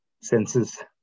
Senses